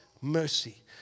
mercy